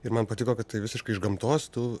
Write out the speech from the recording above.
ir man patiko kad tai visiškai iš gamtos tu